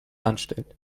anstellt